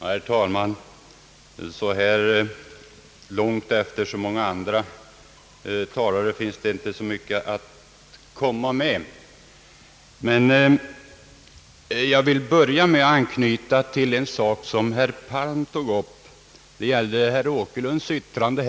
Herr talman! Sedan så många andra talare haft ordet finns det inte mycket att komma med. Jag vill till en början anknyta till en sak som herr Palm tog upp. Det gällde herr Åkerlunds yttrande.